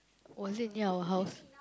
was it near our house